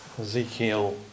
Ezekiel